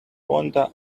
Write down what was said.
vonda